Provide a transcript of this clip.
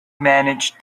manage